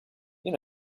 you